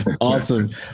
Awesome